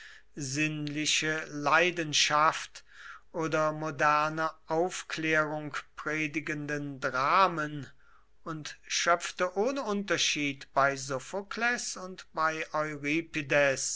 sinnliche leidenschaft oder moderne aufklärung predigenden dramen und schöpfte ohne unterschied bei sophokles und bei